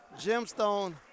Gemstone